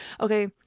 Okay